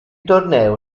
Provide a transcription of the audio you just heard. torneo